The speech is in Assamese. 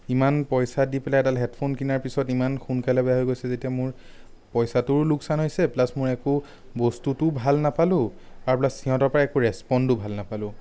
ইমান পইচা দি পেলাই এডাল হেডফোন কিনাৰ পিছত ইমান সোনকালে বেয়া হৈ গৈছে যেতিয়া মোৰ পইচাটোৰো লোকচান হৈছে প্লাছ মোৰ একো বস্তুটোও ভাল নাপালো আৰু প্লাছ সিহঁতৰপৰা একো ৰেচপণ্ডো ভাল নাপালো